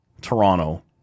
Toronto